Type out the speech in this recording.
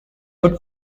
would